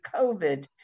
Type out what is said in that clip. COVID